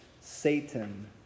Satan